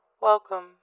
Welcome